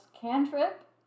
Cantrip